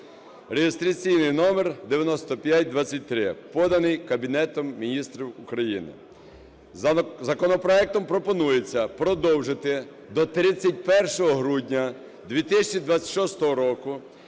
(реєстраційний номер 9523), поданий Кабінетом Міністрів України. Законопроектом пропонується продовжити до 31 грудня 2026 року